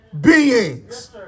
beings